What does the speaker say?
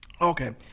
Okay